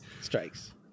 Strikes